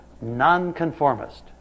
nonconformist